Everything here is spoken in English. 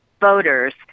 voters